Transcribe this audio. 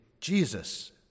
Jesus